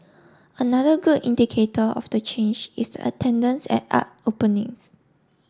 another good indicator of the change is the attendance at art openings